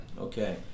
Okay